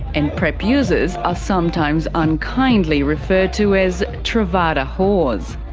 and prep users are sometimes unkindly referred to as truvada whores.